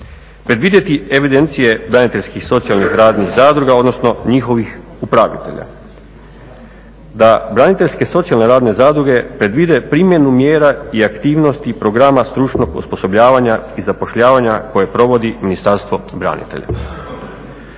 Predvidjeti evidencije braniteljskih socijalnih radnih zadruga, odnosno njihovih upravitelja. Da braniteljske socijalne radne zadruge predvide primjenu mjera, i aktivnosti i programa stručnog osposobljavanja koje provodi Ministarstvo branitelja.